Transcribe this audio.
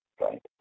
right